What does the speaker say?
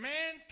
Man